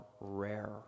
rare